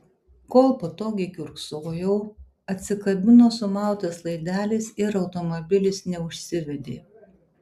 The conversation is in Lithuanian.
kol patogiai kiurksojau atsikabino sumautas laidelis ir automobilis neužsivedė